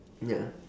ya